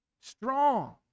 Strong